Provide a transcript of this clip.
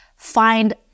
find